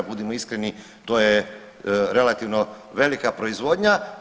Budimo iskreni to je relativno velika proizvodnja.